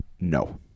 no